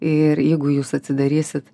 ir jeigu jūs atsidarysit